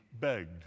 begged